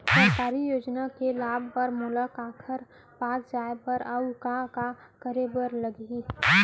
सरकारी योजना के लाभ बर मोला काखर पास जाए बर अऊ का का करे बर लागही?